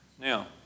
Now